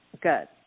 Good